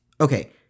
okay